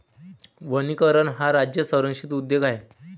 वनीकरण हा राज्य संरक्षित उद्योग आहे